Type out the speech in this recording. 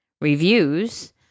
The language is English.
reviews